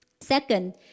Second